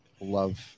Love